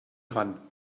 ran